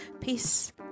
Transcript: Peace